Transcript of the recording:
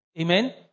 Amen